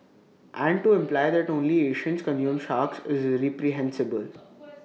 and to imply that only Asians consume sharks is reprehensible